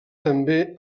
també